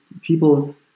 people